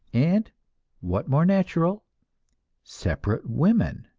and what more natural separate women.